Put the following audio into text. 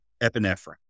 epinephrine